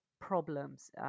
problems